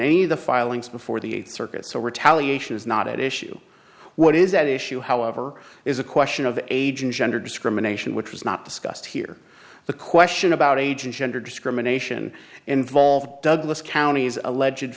any of the filings before the eighth circuit so retaliation is not at issue what is at issue however is a question of age and gender discrimination which was not discussed here the question about age and gender discrimination involved douglas county is a lege